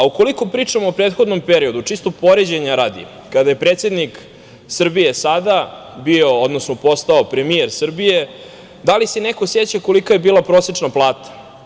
Ukoliko pričamo o prethodnom periodu, čisto poređenja radi, kada je predsednik Srbije bio premijer Srbije, da li se neko seća koliko je bila prosečna plata?